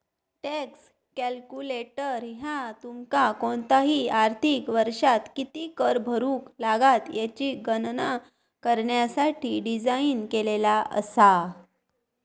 tax calculator ह्या तुमका कोणताही आर्थिक वर्षात किती कर भरुक लागात याची गणना करण्यासाठी डिझाइन केलेला असा